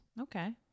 Okay